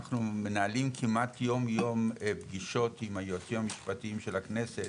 אנחנו מנהלים כמעט יום-יום פגישות עם היועצים המשפטים של הכנסת